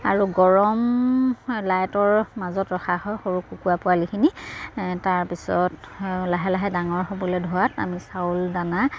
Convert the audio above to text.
আৰু গৰম লাইটৰ মাজত ৰখা হয় সৰু কুকুৰা পোৱালিখিনি তাৰপিছত লাহে লাহে ডাঙৰ হ'বলৈ ধৰাত আমি চাউল দানা